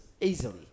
Easily